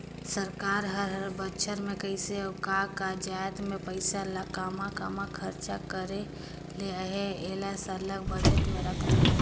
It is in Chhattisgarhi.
सरकार हर हर बछर में कइसे अउ का का जाएत में पइसा काम्हां काम्हां खरचा करे ले अहे एला सरलग बजट में रखथे